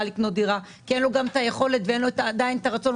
לקנות דירה כי גם אין לו את היכולת ואין לו עדיין את הרצון,